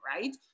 right